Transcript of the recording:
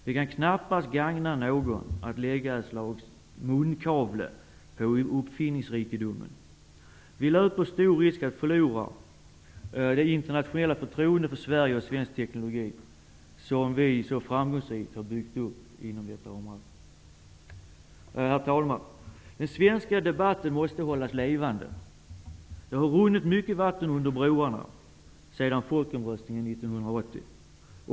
Det kan knappast gagna någon att lägga ett slags munkavle på uppfinningsrikedomen. Vi löper stor risk att förlora det internationella förtroende för Sverige och svensk teknologi som vi så framgångsrikt byggt upp inom detta område. Herr talman! Den svenska debatten måste hållas levande. Det har runnit mycket vatten under broarna sedan folkomröstningen 1980.